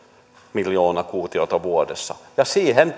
miljoonaa kuutiota vuodessa ja siihen